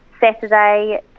Saturday